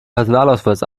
personalausweis